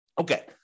Okay